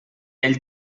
ell